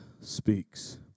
speaks